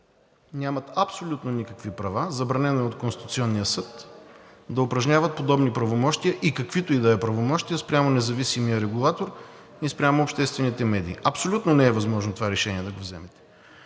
нямат абсолютно никакви права. Забранено е от Конституционния съд да упражняват подобни правомощия и каквито и да е правомощия спрямо независимия регулатор и спрямо обществените медии. Абсолютно не е възможно това решение да го вземете!